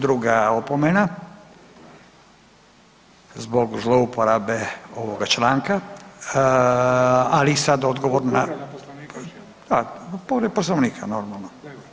Druga opomena zbog zlouporabe ovoga članka, ali sada odgovor na, zbog povrede Poslovnika normalno.